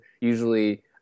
usually